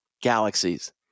galaxies